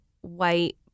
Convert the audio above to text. white